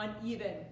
uneven